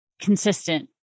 consistent